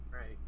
Right